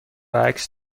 عکس